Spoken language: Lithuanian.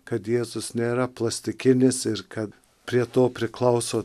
kad jėzus nėra plastikinis ir kad prie to priklauso